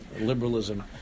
liberalism